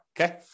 okay